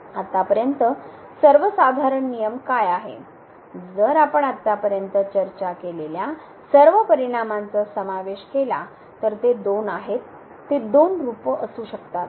आतापर्यंत सर्वसाधारण नियम काय आहे जर आपण आत्तापर्यंत चर्चा केलेल्या सर्व परिणामांचा समावेश केला तर ते दोन आहेत ते दोन रूप असू शकतात